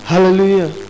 Hallelujah